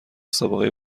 سابقه